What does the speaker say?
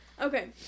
Okay